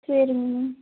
சரிங்க மேம்